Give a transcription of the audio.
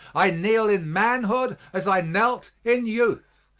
i kneel in manhood, as i knelt in youth,